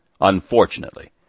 Unfortunately